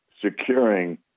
securing